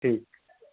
ଠିକ୍